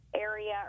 area